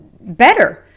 better